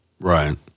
right